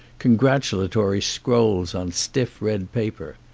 congratulatory scrolls on stiff red paper.